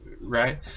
Right